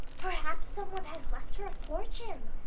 perhaps some one has left her a fortune,